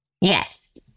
Yes